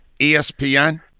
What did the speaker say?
ESPN